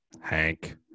Hank